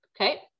okay